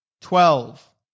twelve